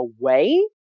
away